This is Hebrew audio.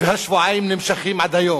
והשבועיים נמשכים עד היום,